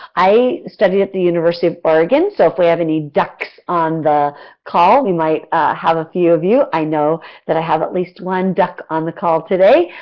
i studied at the university of oregon, so if we have any ducks on the call, we might have a few of you. i know that i have at least one duck on the call today.